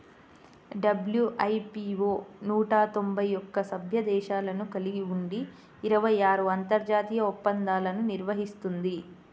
WIPO నూట తొంభై ఒక్క సభ్య దేశాలను కలిగి ఉండి ఇరవై ఆరు అంతర్జాతీయ ఒప్పందాలను నిర్వహిస్తుంది